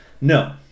No